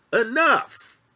enough